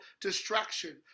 distraction